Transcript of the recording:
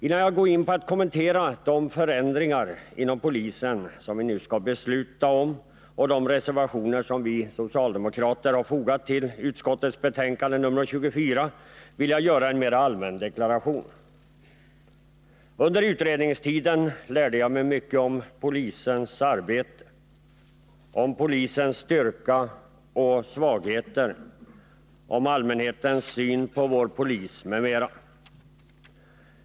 Innan jag går in på att kommentera de förändringar inom polisen som vi nu skall besluta om och de reservationer som vi socialdemokrater har fogat till utskottets betänkande nr 24, vill jag göra en mera allmän deklaration. Under utredningstiden lärde jag mig mycket om polisens arbete, om polisorganisationens styrka och svagheter, om allmänhetens syn på vår polis, m.m.